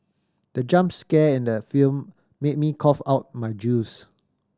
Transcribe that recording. the jump scare in the film made me cough out my juice